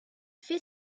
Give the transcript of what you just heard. fait